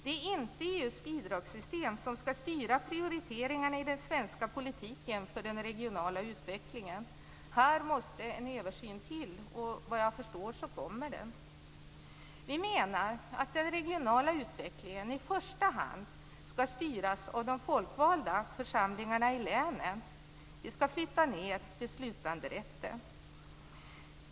Det är inte EU:s bidragssystem som skall styra prioriteringarna i den svenska politiken för den regionala utvecklingen. Här måste en översyn till, och såvitt jag förstår kommer den. Vi menar vidare att den regionala utvecklingen i första hand skall styras av de folkvalda församlingarna i länen. Beslutanderätten skall flyttas ned.